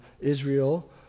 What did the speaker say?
Israel